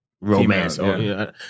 romance